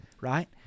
right